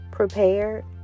Prepared